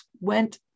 went